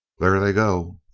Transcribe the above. there they go!